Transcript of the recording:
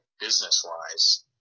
business-wise